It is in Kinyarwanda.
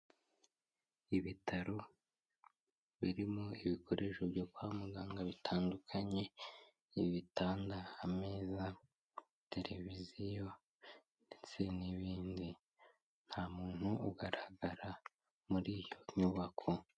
Ibitaro birimo ibikoresho byo kwa muganga bitandukanye, ibitanga, ameza, televiziyo ndetse n'ibindi, nta muntu ugaragara muri iyo nyubako.